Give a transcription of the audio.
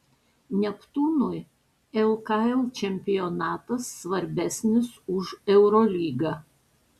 neptūnui lkl čempionatas svarbesnis už eurolygą